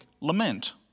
lament